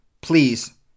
Please